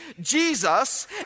Jesus